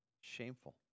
Shameful